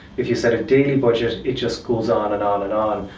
if you set a daily budget, it just goes on and on and on.